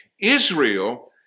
Israel